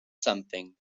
something